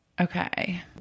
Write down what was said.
Okay